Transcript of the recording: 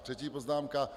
A třetí poznámka.